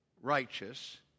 righteous